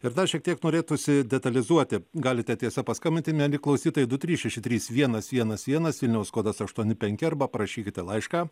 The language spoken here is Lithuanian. ir dar šiek tiek norėtųsi detalizuoti galite tiesa paskambinti mieli klausytojai du trys šeši trys vienas vienas vienas vilniaus kodas aštuoni penki arba parašykite laišką